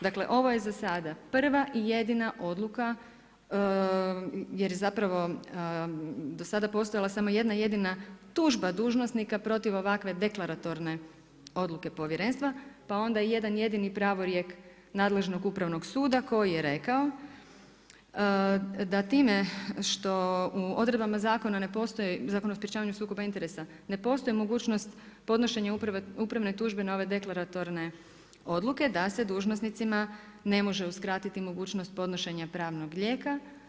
Dakle, ovo je za sad prava i jedina odluka jer zapravo, do sada je postojala jedna jedina tužba dužnosnika protiv ovakve deklaratorne odluke povjerenstva, pa onda jedan jedini pravorijek nadležnog Upravnog suda koji je rekao, da time što u odredbama zakona ne postoji Zakon o sprječavanju sukoba interesa, ne postoji mogućnost podnošenje upravne tužbe na ove deklaratorne odluke, da se dužnosnicima ne može uskratiti mogućnost podnošenja pravnog lijeka.